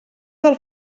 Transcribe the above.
del